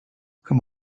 come